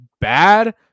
bad